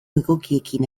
egokiekin